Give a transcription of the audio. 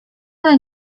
ale